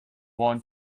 worn